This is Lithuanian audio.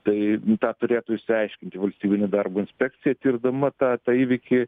tai tą turėtų išsiaiškinti valstybinė darbo inspekcija tirdama tą tą įvykį